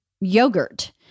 yogurt